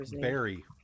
Barry